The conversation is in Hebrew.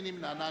מי נמנע?